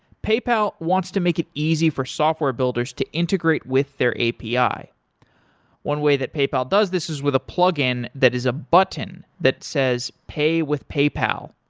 paypal wants to make it easy for software builders to integrate with their api. one way that paypal does this is with a plug-in that is a button that says, pay with paypal.